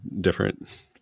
different